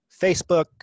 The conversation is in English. Facebook